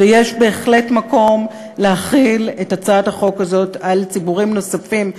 ויש בהחלט מקום להחיל את הצעת החוק הזאת על ציבורים נוספים,